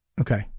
Okay